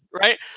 right